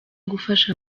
gufasha